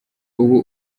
ubu